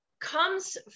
comes